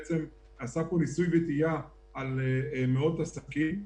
עשה פה ניסוי ותהייה על מאות עסקים,